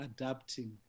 adapting